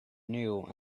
new